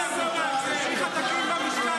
-------- ההליך התקין במשכן